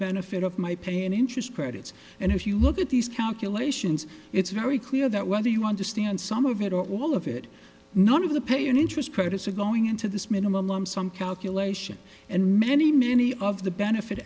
benefit of my pay and interest credits and if you look at these calculations it's very clear that whether you understand some of it or all of it none of the pay in interest credits are going into this minimum lump sum calculation and many many of the benefit